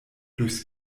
durchs